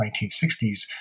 1960s